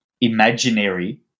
imaginary